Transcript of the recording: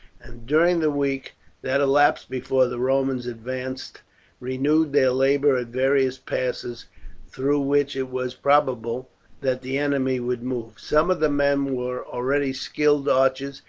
and during the week that elapsed before the romans advanced renewed their labour at various passes through which it was probable that the enemy would move. some of the men were already skilled archers,